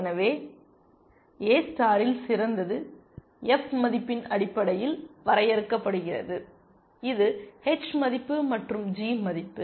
எனவே ஏ ஸ்டாரில் சிறந்தது f மதிப்பின் அடிப்படையில் வரையறுக்கப்படுகிறது இது h மதிப்பு மற்றும் g மதிப்பு